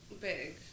big